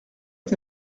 est